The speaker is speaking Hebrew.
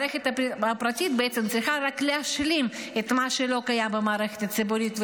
המערכת הפרטית בעצם צריכה רק להשלים את מה שלא קיים במערכת הציבורית,